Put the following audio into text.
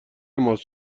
ماست